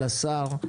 לשר,